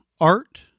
art